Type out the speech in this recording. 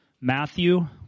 Matthew